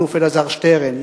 אלוף אלעזר שטרן,